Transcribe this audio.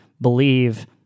believe